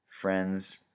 Friends